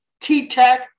T-Tech